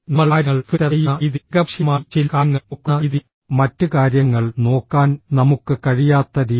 നമ്മൾ കാര്യങ്ങൾ ഫിൽറ്റർ ചെയ്യുന്ന രീതി ഏകപക്ഷീയമായി ചില കാര്യങ്ങൾ നോക്കുന്ന രീതി മറ്റ് കാര്യങ്ങൾ നോക്കാൻ നമുക്ക് കഴിയാത്ത രീതി